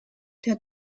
der